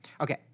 okay